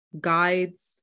guides